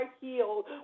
healed